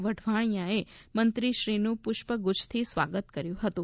વઢવાણીયાએ મંત્રીશ્રીનુ પુષ્પગુચ્છથી સ્વાગત કર્યું હતું